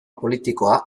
politikoa